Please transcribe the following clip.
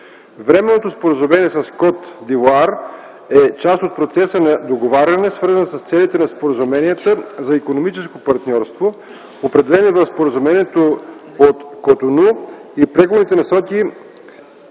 Временното споразумение с Кот д'Ивоар е част от процеса на договаряне, свързан с целите на споразуменията за икономическо партньорство, определени в Споразумението от Котону, и преговорните насоки